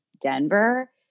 Denver